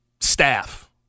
staff